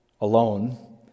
alone